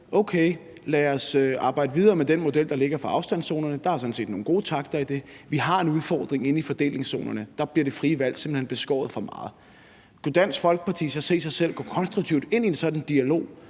Okay, lad os arbejde videre med den model for afstandszonerne, der ligger, for der er sådan set nogle gode takter i det, men vi har en udfordring inde i fordelingszonerne, for der bliver det frie valg simpelt hen beskåret for meget. Kunne Dansk Folkeparti så se sig selv gå konstruktivt ind i en sådan dialog